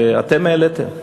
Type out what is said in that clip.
שאתם העליתם.